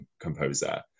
composer